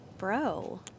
Bro